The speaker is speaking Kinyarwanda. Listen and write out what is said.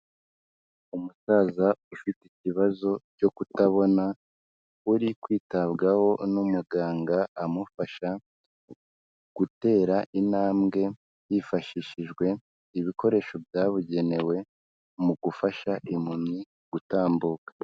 Umusaza ufite ikibazo cyo kutabona uri kwitabwaho n'umuganga amufasha gutera intambwe hifashishijwe ibikoresho byabugenewe mu gufasha impumyi gutambuka.